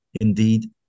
indeed